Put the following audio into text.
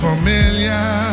familiar